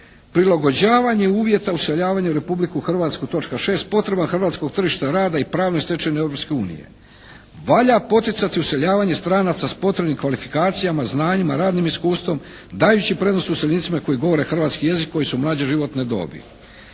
prilagođavanje uvjeta useljavanja u Republiku Hrvatsku, točka 6., potrebama hrvatskog tržišta rada i pravne stečevine Europske unije. Valja poticati useljavanje stranaca sa potrebnim kvalifikacijama, znanjima, radnim iskustvom dajući prednost useljenicima koji govore hrvatski jezik i koji su mlađe životne dobi.